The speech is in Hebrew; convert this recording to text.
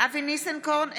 אבי ניסנקורן,